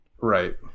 right